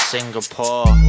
Singapore